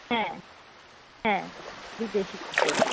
হ্যাঁ হ্যাঁ বিদেশি কুকুর